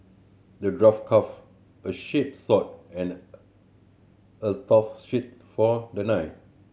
the dwarf crafted a sharp sword and a tough shield for the knight